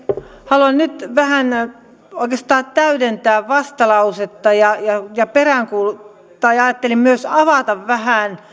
haluan nyt vähän oikeastaan täydentää vastalausetta ja ja ajattelin myös avata vähän